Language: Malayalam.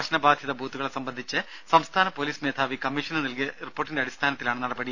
പ്രശ്നബാധിത ബൂത്തുകളെ സംബന്ധിച്ച് സംസ്ഥാന പൊലീസ് മേധാവി കമ്മീഷന് നൽകിയ റിപ്പോർട്ടിന്റെ അടിസ്ഥാനത്തിലാണ് നടപടി